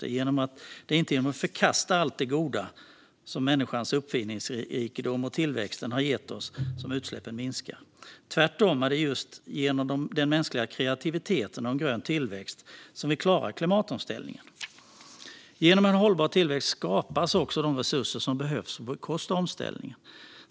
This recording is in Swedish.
Det är inte genom att förkasta allt det goda som människans uppfinningsrikedom och tillväxten har gett oss som utsläppen minskar. Tvärtom är det just genom den mänskliga kreativiteten och en grön tillväxt som vi klarar klimatomställningen. Genom hållbar tillväxt skapas också de resurser som behövs för att bekosta omställningen.